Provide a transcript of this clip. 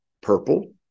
purple